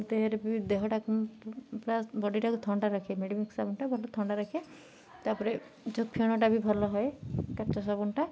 ଦେହରେ ବି ଦେହଟାକୁ ପୁରା ବଡ଼ିଟାକୁ ଥଣ୍ଡା ରଖେ ମେଡ଼ିମିକ୍ସ ସାବୁନଟା ଭଲ ଥଣ୍ଡା ରଖେ ତା'ପରେ ଯେଉଁ ଫେଣଟା ବି ଭଲ ହୁଏ କାଚ ସାବୁନଟା